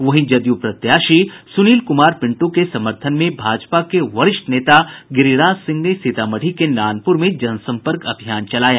वहीं जदयू प्रत्याशी सुनील कुमार पिन्टू के समर्थन में भाजपा के वरिष्ठ नेता गिरिराज सिंह ने सीतामढ़ी के नानपुर में जनसंपर्क अभियान चलाया